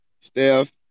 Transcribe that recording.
Steph